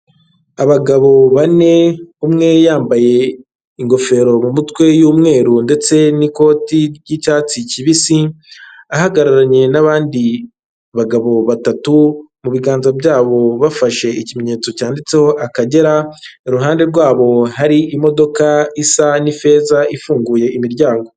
Abagabo bane, umwe yambaye ingofero mu mutwe y'umweru ndetse n'ikoti ry'icyatsi kibisi, ahagararanye n'abandi bagabo batatu, mu biganza byabo bafashe ikimenyetso cyanditseho Akagera, iruhande rwabo hari imodoka isa n'ifeza ifunguye imiryango.